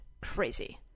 Crazy